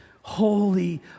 holy